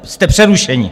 Jste přerušeni.